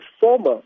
former